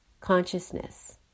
consciousness